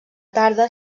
tarda